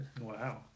Wow